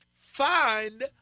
find